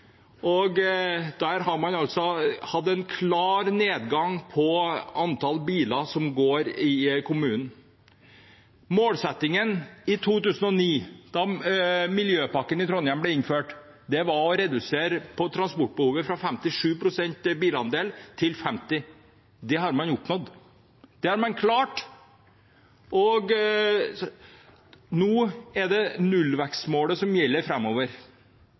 har man hatt en klar nedgang i antall biler. Målsettingen i 2009, da miljøpakken i Trondheim ble innført, var å redusere transportbehovet fra 57 pst. bilandel til 50 pst. Det har man oppnådd. Det har man klart. Nå er det nullvekstmålet som gjelder